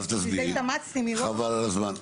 אז תסבירי חבל על הזמן,